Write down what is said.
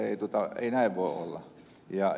minusta näin ei voi olla